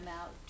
out